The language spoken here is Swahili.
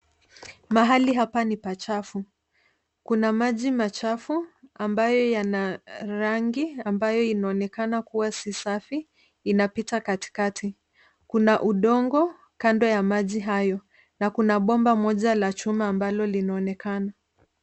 Mahali hapa ni pachafu. Kuna maji machafu ambaye yana rangi ambayo inaonekana kuwa si safi inapita kati kati .Kuna udongo kando ya maji hayo. Kuna bomba moja la chuma ambalo linaonekana.